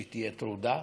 שתהיה טרודה,